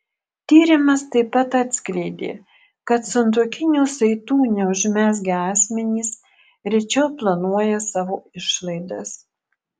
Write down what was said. tyrimas taip pat atskleidė kad santuokinių saitų neužmezgę asmenys rečiau planuoja savo išlaidas